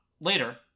Later